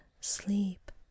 sleep